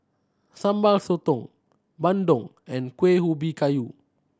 Sambal Sotong bandung and Kuih Ubi Kayu